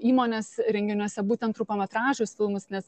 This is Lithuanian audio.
įmonės renginiuose būtent trumpametražius filmus nes